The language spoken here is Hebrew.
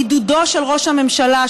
בעידודו של ראש הממשלה,